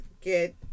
get